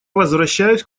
возвращаюсь